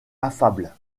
affable